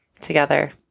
together